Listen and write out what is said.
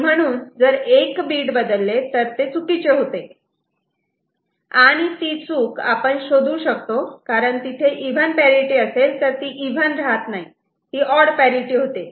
आणि म्हणून जर 1 बीट बदलले तर ते चुकीचे होते आणि ती चूक आपण शोधू शकतो कारण तिथे इव्हन पॅरिटि असेल तर ती इव्हन राहत नाही ती ऑड पॅरिटि होते